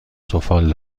سفال